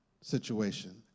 situation